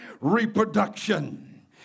reproduction